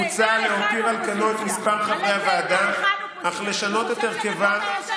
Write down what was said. מוצע להותיר על כנו את מספר חברי הוועדה אך לשנות את הרכבה,